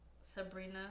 Sabrina